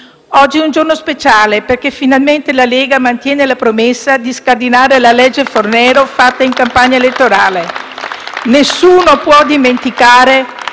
Oggi è un giorno speciale perché finalmente le Lega mantiene la promessa di scardinare la legge Fornero fatta in campagna elettorale. *(Applausi dal